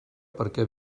perquè